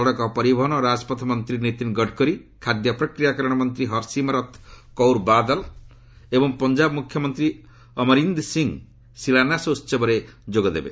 ସଡ଼କ ପରିବହନ ଓ ରାଜପଥ ମନ୍ତ୍ରୀ ନୀତିନ୍ ଗଡ଼କରୀ ଖାଦ୍ୟ ପ୍ରକ୍ରିୟାକରଣ ମନ୍ତ୍ରୀ ହର୍ସିମ୍ରତ୍ କୌର ବାଦଲ୍ ଏବଂ ପଞ୍ଜାବ ମୁଖ୍ୟମନ୍ତ୍ରୀ ଅମରିନ୍ଦର୍ ସିଂ ଏହି ଶିଳାନ୍ୟାସ ଉତ୍ସବରେ ଯୋଗ ଦେବେ